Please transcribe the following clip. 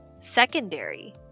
secondary